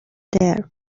there